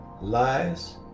lies